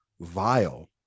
vile